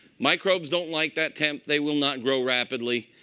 microbes don't like that temp. they will not grow rapidly.